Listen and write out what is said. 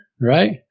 right